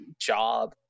job